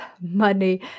money